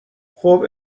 خوب